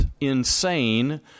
insane